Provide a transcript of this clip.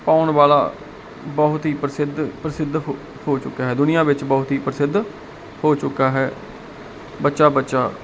ਪਾਉਣ ਵਾਲਾ ਬਹੁਤ ਹੀ ਪ੍ਰਸਿੱਧ ਪ੍ਰਸਿੱਧ ਹੋ ਚੁੱਕਾ ਦੁਨੀਆ ਵਿੱਚ ਬਹੁਤ ਹੀ ਪ੍ਰਸਿੱਧ ਹੋ ਚੁੱਕਾ ਹੈ ਬੱਚਾ ਬੱਚਾ